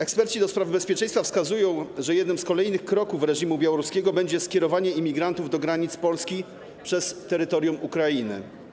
Eksperci do spraw bezpieczeństwa wskazują, że jednym z kolejnych kroków reżimu białoruskiego będzie skierowanie imigrantów do granic Polski przez terytorium Ukrainy.